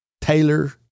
Taylor